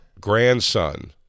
Grandson